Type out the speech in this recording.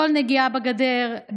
כל נגיעה בגדר,